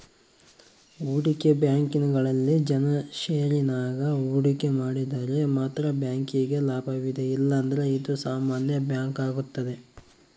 ಹೂಡಿಕೆ ಬ್ಯಾಂಕಿಂಗ್ನಲ್ಲಿ ಜನ ಷೇರಿನಾಗ ಹೂಡಿಕೆ ಮಾಡಿದರೆ ಮಾತ್ರ ಬ್ಯಾಂಕಿಗೆ ಲಾಭವಿದೆ ಇಲ್ಲಂದ್ರ ಇದು ಸಾಮಾನ್ಯ ಬ್ಯಾಂಕಾಗುತ್ತದೆ